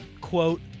quote